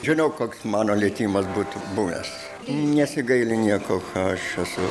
žinau koks mano likimas būtų buvęs nesigaili nieko aš esu